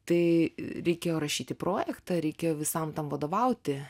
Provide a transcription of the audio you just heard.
tai reikėjo rašyti projektą reikėjo visam tam vadovauti